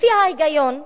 לפי ההיגיון,